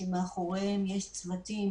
שמאחוריהם יש צוותים